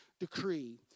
decree